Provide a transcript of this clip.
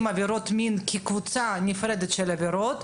עבירות מין כקבוצה נפרדת של עבירות,